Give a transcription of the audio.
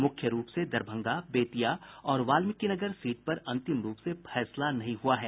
मुख्य रूप से दरभंगा बेतिया और वाल्मिकीनगर सीट पर अंतिम रूप से फैसला नहीं हो सका है